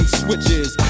switches